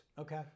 okay